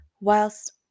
whilst